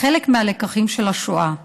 חלק מהלקחים של השואה.